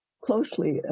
closely